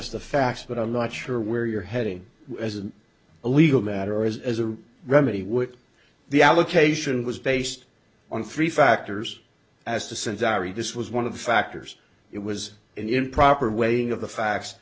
us the facts but i'm not sure where you're heading as an illegal matter is as a remedy which the allocation was based on three factors as to send diary this was one of the factors it was improper weighing of the facts